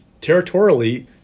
Territorially